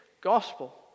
gospel